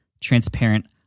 transparent